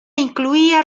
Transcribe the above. incluía